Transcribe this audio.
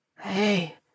Hey